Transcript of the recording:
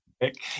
pick